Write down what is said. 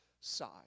side